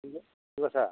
दुंग्रासे